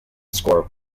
score